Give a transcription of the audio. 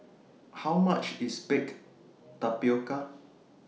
How much IS Baked Tapioca